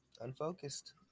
unfocused